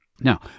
Now